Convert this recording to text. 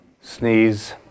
sneeze